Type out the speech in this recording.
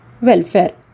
Welfare